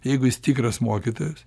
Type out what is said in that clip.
jeigu jis tikras mokytojas